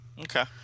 Okay